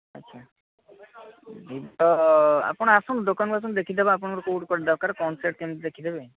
ଆଚ୍ଛା ଭିବୋ ଆପଣ ଆସନ୍ତୁ ଦୋକାନକୁ ଆସନ୍ତୁ ଦେଖିଦେବା ଆପଣଙ୍କର କେଉଁଠୁ କ'ଣ ଦରକାର କ'ଣ ସେଟ୍ କେମତି ଦେଖିଦେବେ